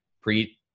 pre